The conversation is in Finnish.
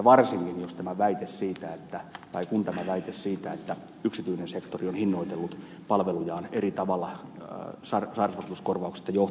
varsinkin tämä väite siitä että yksityinen sektori on hinnoitellut palvelujaan eri tavalla sairausvakuutuskorvauksista johtuen on selvittämisen arvoinen